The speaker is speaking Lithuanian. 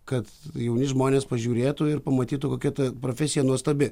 kad jauni žmonės pažiūrėtų ir pamatytų kokia ta profesija nuostabi